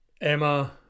Emma